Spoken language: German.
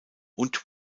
und